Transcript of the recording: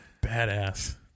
Badass